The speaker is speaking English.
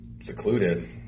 secluded